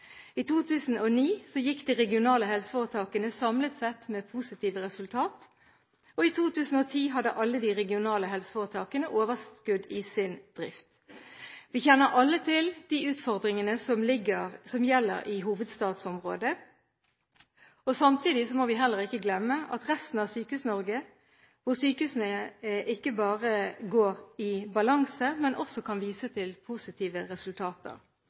I 2009 gikk de regionale helseforetakene samlet sett med positive resultat, og i 2010 hadde alle de regionale helseforetakene overskudd i sin drift. Vi kjenner alle til de utfordringene som gjelder i hovedstadsområdet. Samtidig må vi heller ikke glemme resten av Sykehus-Norge, hvor sykehusene ikke bare går i balanse, men også kan vise til positive resultater.